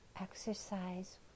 exercise